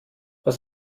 was